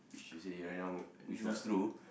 which you say you write down which was true